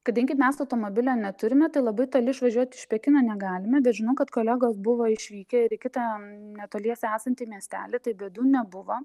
kadangi mes automobilio neturime tai labai toli išvažiuot iš pekino negalime bet žinau kad kolegos buvo išvykę ir į kitą netoliese esantį miestelį tai bėdų nebuvo